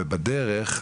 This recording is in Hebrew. ובדרך,